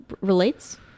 relates